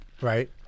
Right